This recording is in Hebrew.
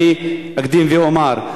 אני אקדים ואומר: